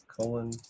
colon